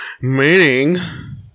meaning